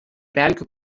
pelkių